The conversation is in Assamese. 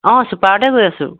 অঁ চুপাৰতে গৈ আছোঁ